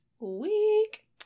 week